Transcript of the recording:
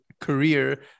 career